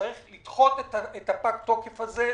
צריך לדחות את ה"פג תוקף" הזה,